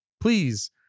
Please